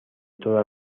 todas